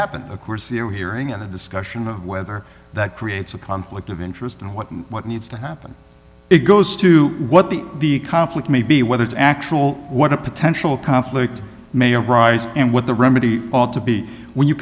happened of course here hearing in a discussion of whether that creates a conflict of interest and what needs to happen it goes to what the the conflict may be whether it's actual what a potential conflict may arise and what the remedy ought to be when you